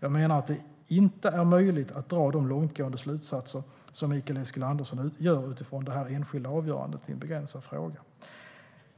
Jag menar att det inte är möjligt att dra de långtgående slutsatser som Mikael Eskilandersson gör utifrån det här enskilda avgörandet i en begränsad fråga.